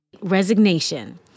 resignation